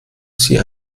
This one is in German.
sie